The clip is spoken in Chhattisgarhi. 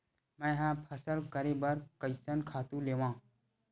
मैं ह फसल करे बर कइसन खातु लेवां?